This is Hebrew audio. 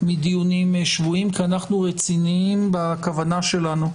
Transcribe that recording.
מדיונים שבועיים כי אנו רציניים בכוונה שלנו.